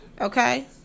okay